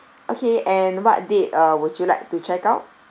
okay and what date uh would you like to check out